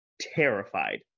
terrified